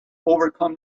overcome